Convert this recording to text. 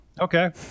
Okay